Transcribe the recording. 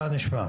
בוקר טוב,